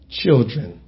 children